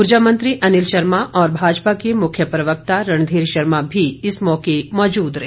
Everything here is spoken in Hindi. उर्जा मंत्री अनिल शर्मा और भाजपा के मुख्य प्रवक्ता रणधीर शर्मा भी इस मौके मौजूद रहे